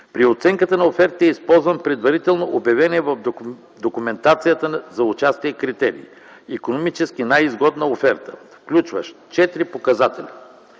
При оценката на офертите е използван предварително обявеният в документацията за участие критерий – икономически най-изгодна оферта, включващ четири показателя: